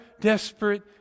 desperate